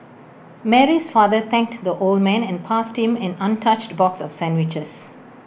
Mary's father thanked the old man and passed him an untouched box of sandwiches